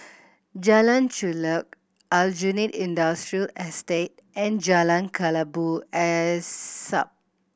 Jalan Chulek Aljunied Industrial Estate and Jalan Kelabu Asap